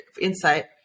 insight